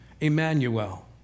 Emmanuel